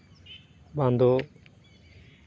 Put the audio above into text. ᱵᱟᱝ ᱫᱚ